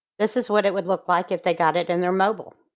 this is what it would look like if they got it and their mobile.